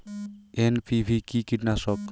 NPV কি কীটনাশক?